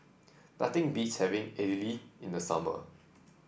nothing beats having Idili in the summer